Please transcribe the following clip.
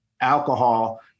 alcohol